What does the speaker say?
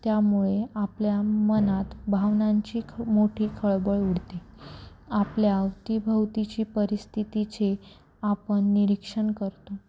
त्यामुळे आपल्या मनात भावनांची ख मोठी खळबळ उडते आपल्या अवतीभवतीची परिस्थितीचे आपण निरीक्षण करतो